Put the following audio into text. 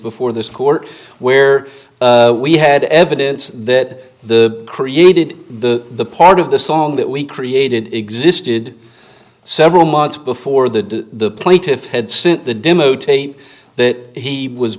before this court where we had evidence that the created the part of the song that we created existed several months before the plaintiff had sent the demo tape that he was